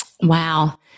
Wow